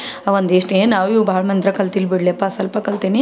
ಒಂದಿಷ್ಟು ಏನು ಅವು ಇವು ಭಾಳ ಮಂತ್ರ ಕಲ್ತಿಲ್ಲ ಬಿಡಲೆಪ್ಪ ಸ್ವಲ್ಪ ಕಲಿತೀನಿ